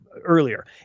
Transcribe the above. earlier